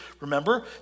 Remember